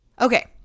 Okay